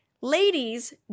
Ladies